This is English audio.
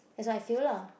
that's what I feel lah